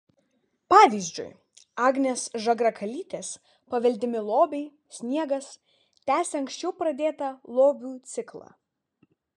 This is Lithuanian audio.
pavyzdžiui agnės žagrakalytės paveldimi lobiai sniegas tęsia anksčiau pradėtą lobių ciklą